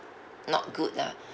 not good lah